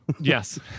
yes